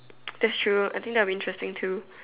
that's true I think that will be interesting too